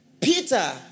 Peter